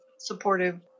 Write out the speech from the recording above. supportive